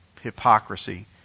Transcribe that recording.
hypocrisy